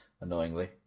annoyingly